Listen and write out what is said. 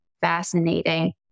fascinating